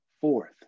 Fourth